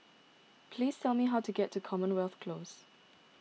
please tell me how to get to Commonwealth Close